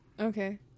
okay